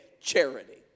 charity